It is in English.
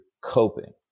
coping